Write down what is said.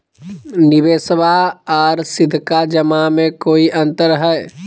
निबेसबा आर सीधका जमा मे कोइ अंतर हय?